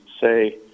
say